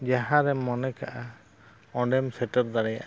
ᱡᱟᱦᱟᱸ ᱨᱮᱢ ᱢᱚᱱᱮ ᱠᱟᱜᱼᱟ ᱚᱸᱰᱮᱢ ᱥᱮᱴᱮᱨ ᱫᱟᱲᱮᱭᱟᱜᱼᱟ